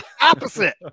opposite